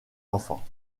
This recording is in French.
enfants